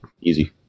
easy